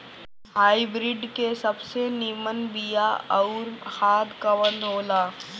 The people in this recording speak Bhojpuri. हाइब्रिड के सबसे नीमन बीया अउर खाद कवन हो ला?